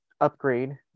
upgrade